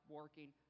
working